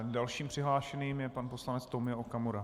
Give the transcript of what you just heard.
Dalším přihlášeným je pan poslanec Tomio Okamura.